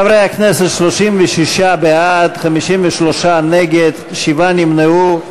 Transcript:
חברי הכנסת, 36 בעד, 53 נגד, שבעה נמנעו.